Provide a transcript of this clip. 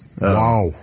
Wow